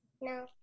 No